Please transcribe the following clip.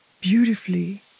beautifully